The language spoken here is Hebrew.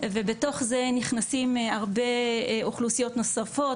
ובתוך זה נכנסים הרבה אוכלוסיות נוספות,